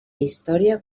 història